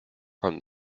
from